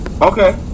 Okay